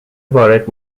وارد